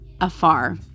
afar